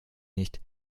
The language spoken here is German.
nicht